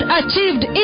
achieved